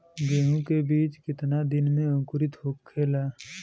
गेहूँ के बिज कितना दिन में अंकुरित होखेला?